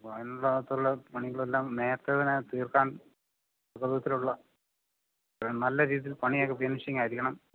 അപ്പോള് അതിനകത്തുള്ള പണികളെല്ലാം നേരത്തെ തന്നെ തീർക്കാൻ വിധത്തിലുള്ള നല്ല രീതിയിൽ പണിയൊക്കെ ഫിനിഷിങ്ങായിരിക്കണം